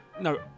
no